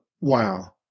Wow